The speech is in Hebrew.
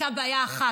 הייתה בעיה אחת,